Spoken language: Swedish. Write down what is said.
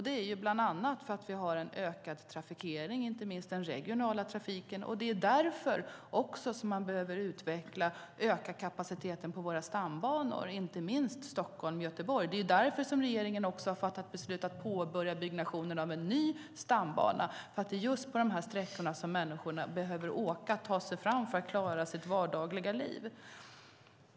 Det är bland annat för att vi har en ökad trafikering, inte minst av den regionala trafiken. Det är därför vi behöver utveckla och öka kapaciteten på våra stambanor, inte minst Stockholm-Göteborg. Det är också därför regeringen har fattat beslutet att påbörja byggnationen av en ny stambana. Det är på de här sträckorna som människor behöver åka och ta sig fram för att klara sitt dagliga liv.